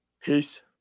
peace